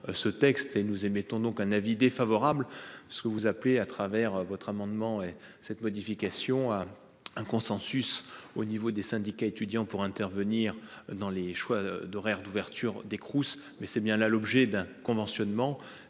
Ce texte et nous émettons donc un avis défavorable. Ce que vous appelez à travers votre amendement et cette modification à un consensus au niveau des syndicats étudiants pour intervenir dans les choix d'horaires d'ouverture des Crous, mais c'est bien là l'objet d'un conventionnement